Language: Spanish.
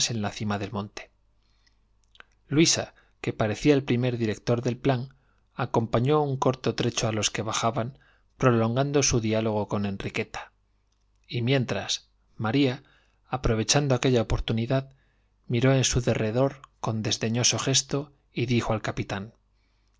la cima del monte luisa que parecía el principal director del plan acompañó un corto trecho a los que bajaban prolongando su diálogo con enriqueta y mientras maría aprovechando aquella oportunidad miró en su derredor con desdeñoso gesto y dijo al capitán es